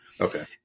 Okay